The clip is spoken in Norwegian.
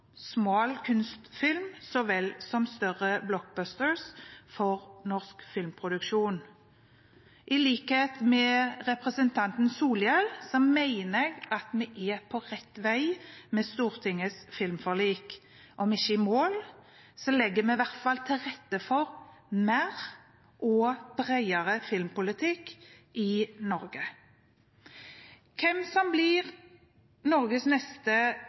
smal kunstfilm så vel som større «blockbusters» for norsk filmproduksjon. I likhet med representanten Solhjell mener jeg at vi er på rett vei med Stortingets filmforlik – om vi ikke er i mål, legger vi i hvert fall til rette for mer og bredere filmpolitikk i Norge. Hvem som blir Norges neste